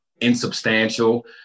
insubstantial